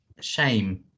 Shame